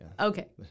Okay